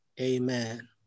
Amen